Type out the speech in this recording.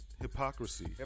hypocrisy